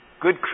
Good